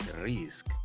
risk